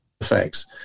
effects